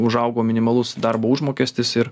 užaugo minimalus darbo užmokestis ir